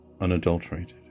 unadulterated